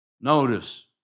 Notice